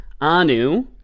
Anu